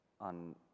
on